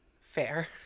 Fair